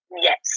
Yes